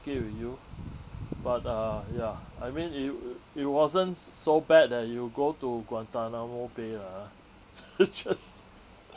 it with you but uh ya I mean it it wasn't so bad that you go to guantanamo bay lah ah which is